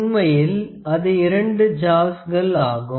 உண்மையில் அது இரண்டு ஜாவ்ஸ்கள் ஆகும்